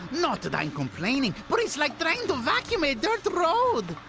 not that i'm complaining, but it's like trying to vacuum a dirt road.